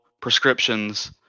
prescriptions